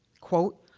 quote,